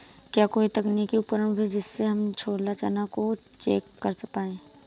क्या कोई तकनीक उपलब्ध है जिससे हम छोला चना को चेक कर पाए?